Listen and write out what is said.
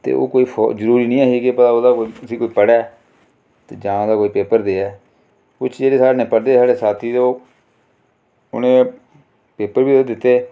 ते ओह् कोई फौ जरूरी नि ही कि ओह्दा कोई उसी पढ़ै ते जां ओह्दा कोई पेपर देयै पुच्छियै दिक्खो जेह्ड़े साढ़े ने पढ़दे हे साढ़े साथी ते ओह् उनें पेपर बी ओह्दे दित्ते